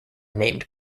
named